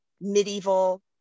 medieval